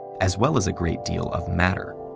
as well as a great deal of matter.